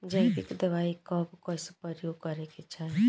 जैविक दवाई कब कैसे प्रयोग करे के चाही?